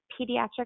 pediatric